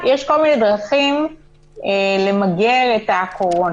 יש כל מיני דרכים למגר את הקורונה